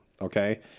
Okay